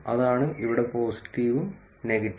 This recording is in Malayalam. അതാണ് ഇവിടെ പോസിറ്റീവും നെഗറ്റീവും